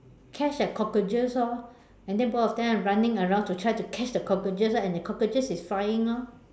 catch a cockroaches loh and then both of them are running around to catch the cockroaches then the cockroaches is flying loh